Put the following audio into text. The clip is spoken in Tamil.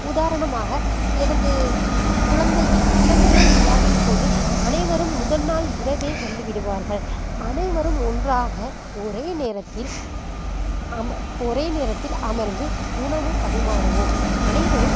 உதாரணமாக எனது குழந்தையின் பிறந்தநாள் விழாவின்போது அனைவரும் முதல் நாள் இரவே வந்து விடுவார்கள் அனைவரும் ஒன்றாக ஒரே நேரத்தில் அம ஒரே நேரத்தில் அமர்ந்து உணவு பரிமாறுவோம் அனைவரும்